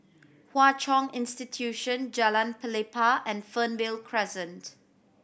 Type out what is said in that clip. Hwa Chong Institution Jalan Pelepah and Fernvale Crescent